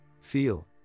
feel